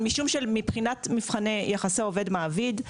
מבחינת יחסי עובד-מעביד,